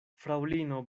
fraŭlino